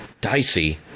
dicey